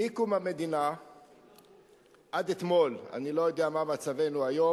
אני לא יודע איפה הכיסא שלי,